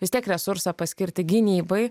vis tiek resursą paskirti gynybai